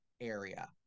area